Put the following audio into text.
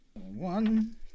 One